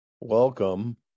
Welcome